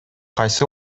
кайсы